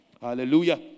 Hallelujah